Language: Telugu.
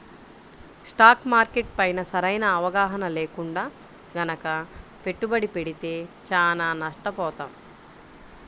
స్టాక్ మార్కెట్ పైన సరైన అవగాహన లేకుండా గనక పెట్టుబడి పెడితే చానా నష్టపోతాం